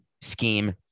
scheme